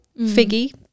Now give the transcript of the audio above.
figgy